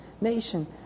nation